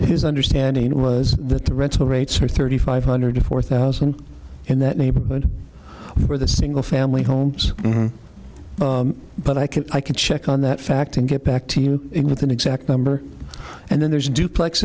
his understanding was that the rental rates were thirty five hundred four thousand in that neighborhood for the single family homes but i could i could check on that fact and get back to you with an exact number and then there's duplex